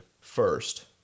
first